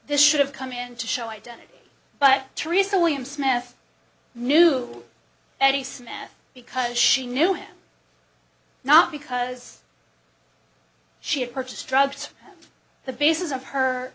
this should have come in to show identity but teresa william smith knew eddie smith because she knew him not because she had purchased drugs the bases of her